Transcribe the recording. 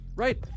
Right